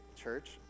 church